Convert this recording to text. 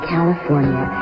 California